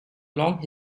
long